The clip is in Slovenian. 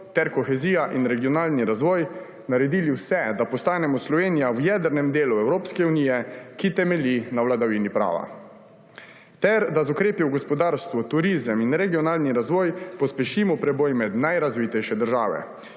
ter kohezija in regionalni razvoj, naredili vse, da postanemo Slovenija v jedrnem delu Evropske unije, ki temelji na vladavini prava, ter da z ukrepi v gospodarstvu, turizem in regionalni razvoj pospešimo preboj med najrazvitejše države.